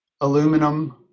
aluminum